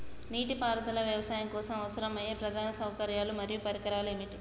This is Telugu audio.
నీటిపారుదల వ్యవసాయం కోసం అవసరమయ్యే ప్రధాన సౌకర్యాలు మరియు పరికరాలు ఏమిటి?